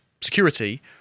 security